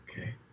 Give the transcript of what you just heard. Okay